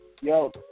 Yo